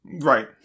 Right